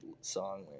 song